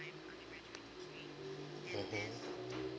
mmhmm